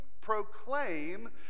proclaim